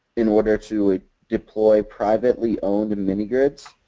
in order to deploy privately owned and mini grids.